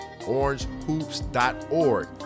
OrangeHoops.org